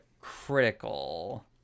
critical